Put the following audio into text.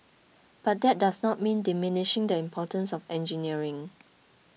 but that does not mean diminishing the importance of engineering